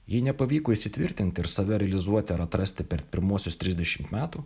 jei nepavyko įsitvirtinti ir save realizuoti ar atrasti per pirmuosius trisdešimt metų